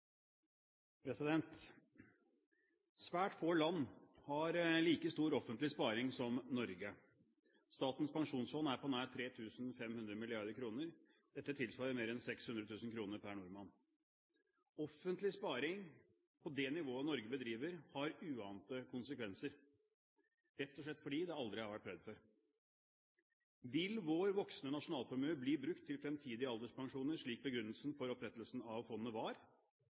på nær 3 500 mrd. kr. Dette tilsvarer mer enn 600 000 kr per nordmann. Offentlig sparing på det nivået Norge bedriver, har uante konsekvenser, rett og slett fordi det aldri har vært prøvd før. Vil vår voksende nasjonalformue bli brukt til fremtidige alderspensjoner, slik begrunnelsen for opprettelsen av fondet var?